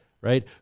right